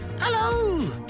Hello